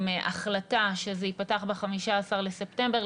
עם החלטה שזה ייפתח ב-15 בספטמבר,